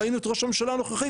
ראינו את ראש הממשלה הנוכחי,